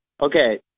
Okay